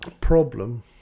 problem